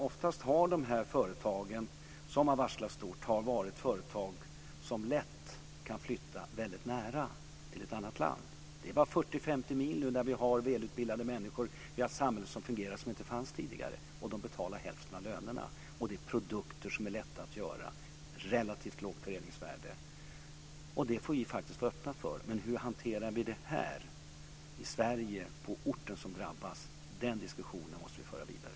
Ofta har de företag som har lagt fram dessa stora varsel lätt kunnat flytta till ett näraliggande land. Det är bara 40-50 mil till välutbildade människor i samhällen som tidigare inte fungerade men som nu fungerar, och där betalas bara hälften så stora löner. Det är fråga om produkter som är lätta att göra, dvs. relativt lågt förädlingsvärde. Vi får faktiskt vara öppna för detta. Hur hanterar vi det här, i Sverige, på den ort som drabbas? Den diskussionen måste vi föra vidare.